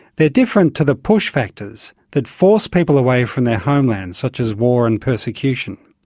they're different to the push factors that force people away from their homelands, such as war and persecution.